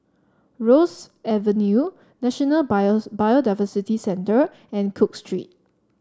Rosyth Avenue National Biodiversity Centre and Cook Street